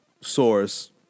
source